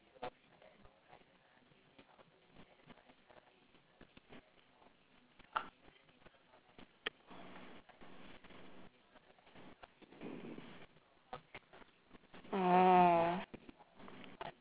oh